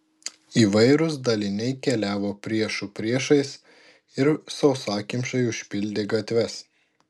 įvairūs daliniai keliavo priešų priešais ir sausakimšai užpildė gatves